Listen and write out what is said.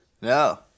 No